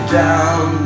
down